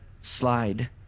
slide